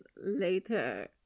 later